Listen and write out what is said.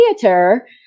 theater